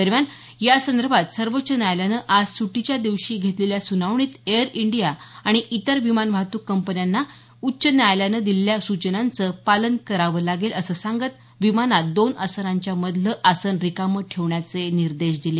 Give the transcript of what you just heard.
दरम्यान यासंदर्भात सर्वोच्च न्यायालयानं आज सुटीच्या दिवशी घेतलेल्या सुनावणीत एअर इंडिया आणि इतर विमान वाहतुक कंपन्यांना उच्च न्यायालयानं दिलेल्या सूचनांचं पालन करावं लागेल असं सांगत विमानात दोन आसनांच्या मधलं आसन रिकामं ठेवण्याचे निर्देश दिले